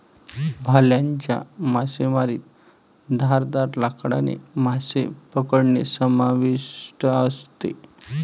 भाल्याच्या मासेमारीत धारदार लाकडाने मासे पकडणे समाविष्ट असते